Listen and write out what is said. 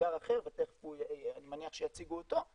מאגר אחר ואני מניח שיציגו אותו.